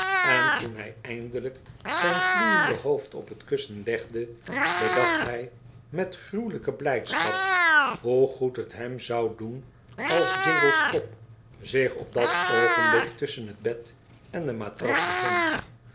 en toen hij eindelijk zijn gloeiende hoofd op het kussen legde bedacht hij met gruwelijke blijdschap hoe goed het hem zou doen als jingle's kop zich op dat oogenblik tusschen het bed en de matras bevond